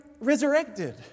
resurrected